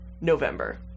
November